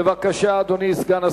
בבקשה, אדוני סגן השר.